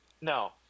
No